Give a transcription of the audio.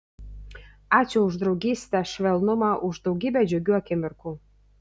ačiū už draugystę švelnumą už daugybę džiugių akimirkų